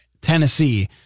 Tennessee